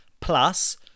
Plus